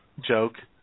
joke